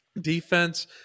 defense